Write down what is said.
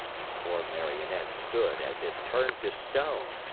the poor marionette stood as if turned to stone,